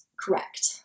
correct